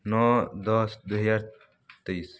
ନଅ ଦଶ ଦୁଇହଜାର ତେଇଶି